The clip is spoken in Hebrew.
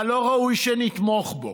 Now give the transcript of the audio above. אבל לא ראוי שנתמוך בו.